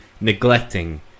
neglecting